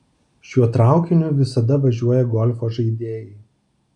šiuo traukiniu visada važiuoja golfo žaidėjai